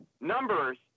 numbers